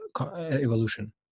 evolution